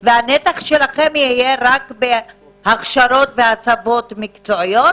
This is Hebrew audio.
הנתח שלכם יהיה רק בהכשרות והסבות מקצועיות